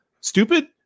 stupid